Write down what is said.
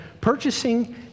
purchasing